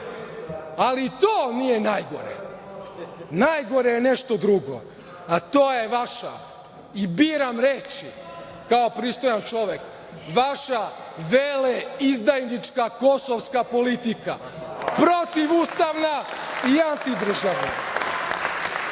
i to nije najgore. Najgore je nešto drugo, a to je vaša, i biram reči kao pristojan čovek, vaša veleizdajnička kosovska politika, protivustavna i antidržavna. Pošto